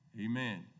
Amen